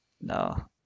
No